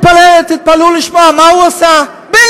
ותתפלאו לשמוע מה הוא עשה בן